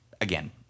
again